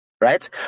right